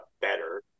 better